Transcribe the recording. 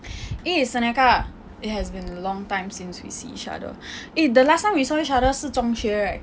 eh senaka it has a been long time since we see each other eh the last time we saw each other 是中学 right